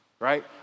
right